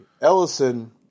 Ellison